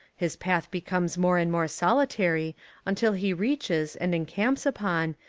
his path becomes more and more solitary until he reaches, and encamps upon,